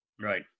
Right